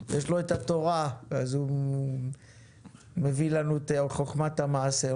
יש לו את התורה, אז הוא מביא לנו את חוכמת המעשה.